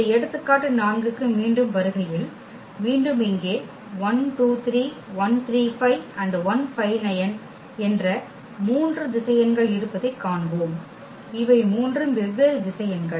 இந்த எடுத்துக்காட்டு 4 க்கு மீண்டும் வருகையில் மீண்டும் இங்கே என்ற மூன்று திசையன்கள் இருப்பதைக் காண்போம் இவை மூன்றும் வெவ்வேறு திசையன்கள்